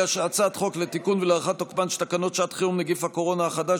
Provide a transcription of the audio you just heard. חוק לתיקון ולהארכת תוקפן של תקנות שעת חירום (נגיף הקורונה החדש,